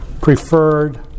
Preferred